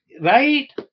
Right